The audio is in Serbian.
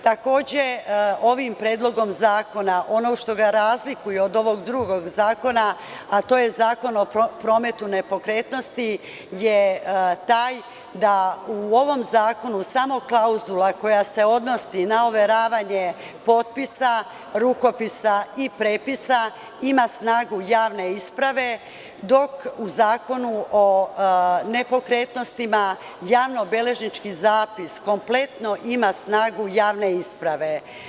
Takođe, ovim predlogom zakona, ono što ga razlikuje od ovog drugog zakona, a to je Zakon o prometu nepokretnosti je taj da u ovom zakonu samo klauzula koja se odnosi na overavanje potpisa, rukopisa i prepisa ima snagu javne isprave, dok u Zakonu o nepokretnostima javnobeležnički zapis kompletno ima snagu javne isprave.